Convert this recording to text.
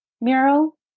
mural